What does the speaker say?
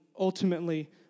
ultimately